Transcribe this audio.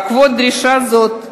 בעקבות דרישה זו,